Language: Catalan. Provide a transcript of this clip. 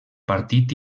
partit